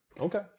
Okay